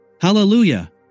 Hallelujah